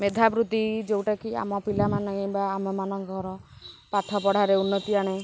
ମେଧାବୃତ୍ତି ଯେଉଁଟାକି ଆମ ପିଲାମାନେ ବା ଆମମାନଙ୍କର ପାଠ ପଢ଼ାରେ ଉନ୍ନତି ଆଣେ